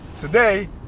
today